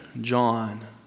John